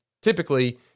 typically